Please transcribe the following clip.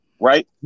right